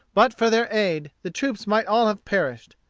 but for their aid, the troops might all have perished.